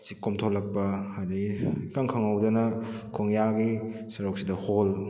ꯑꯁꯤ ꯀꯣꯝꯊꯣꯛꯂꯛꯄ ꯑꯗꯨꯗꯩ ꯏꯈꯪ ꯈꯪꯍꯧꯗꯅ ꯈꯣꯡꯌꯥꯒꯤ ꯁꯔꯨꯛꯁꯤꯗ ꯍꯣꯜ